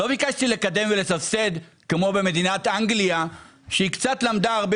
לא ביקשתי לקדם ולסבסד כמו באנגליה שלמדה הרבה